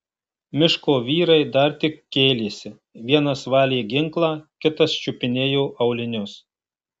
miško vyrai dar tik kėlėsi vienas valė ginklą kitas čiupinėjo aulinius